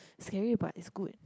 scary but it's good